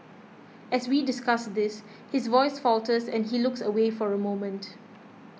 as we discuss this his voice falters and he looks away for a moment